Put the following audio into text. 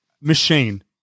Machine